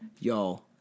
yo